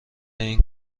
این